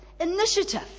initiative